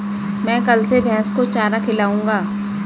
मैं कल से भैस को चारा खिलाऊँगा